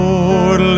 Lord